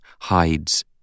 hides